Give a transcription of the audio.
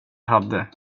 hade